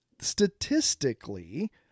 statistically